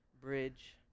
bridge